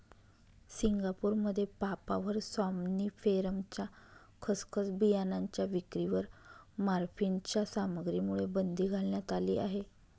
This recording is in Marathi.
सिंगापूरमध्ये पापाव्हर सॉम्निफेरमच्या खसखस बियाणांच्या विक्रीवर मॉर्फिनच्या सामग्रीमुळे बंदी घालण्यात आली आहे